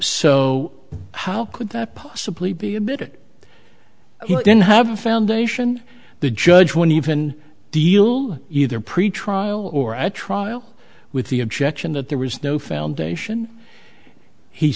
so how could that possibly be a bit it didn't have a foundation the judge when even deal either pretrial or at trial with the objection that there was no foundation he